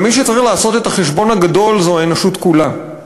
אבל מי שצריך לעשות את החשבון הגדול זה האנושות כולה.